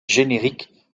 générique